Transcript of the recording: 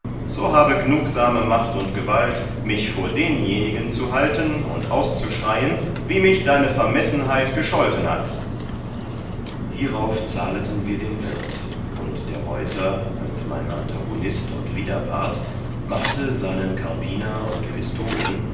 so habe gnugsame macht und gewalt mich vor denjenigen zu halten und auszuschreien wie mich deine vermessenheit gescholten hat hierauf zahlten wir den wirt und der reuter als mein antagonist und widerpart machte seinen karbiner und pistolen